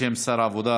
בשם שר העבודה,